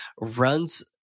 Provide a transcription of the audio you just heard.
runs